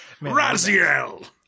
Raziel